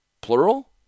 Plural